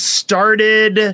started